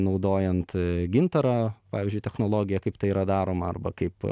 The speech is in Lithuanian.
naudojant gintarą pavyzdžiui technologiją kaip tai yra daroma arba kaip